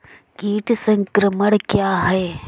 कीट संक्रमण क्या है?